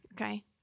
Okay